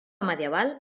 medieval